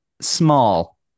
Small